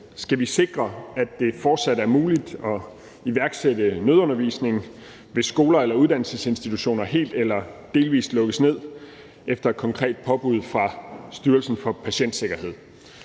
skal vi sikre, at det fortsat er muligt at iværksætte nødundervisning, hvis skoler eller uddannelsesinstitutioner helt eller delvis lukkes ned efter et konkret påbud fra Styrelsen for Patientsikkerhed.